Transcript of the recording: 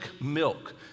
milk